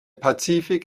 pazifik